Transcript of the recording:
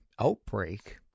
outbreak